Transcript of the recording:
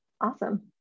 awesome